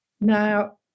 Now